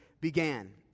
began